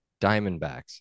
Diamondbacks